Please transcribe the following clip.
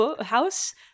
house